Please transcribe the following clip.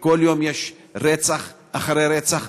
וכל יום יש רצח אחרי רצח,